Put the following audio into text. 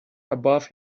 above